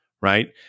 Right